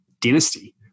dynasty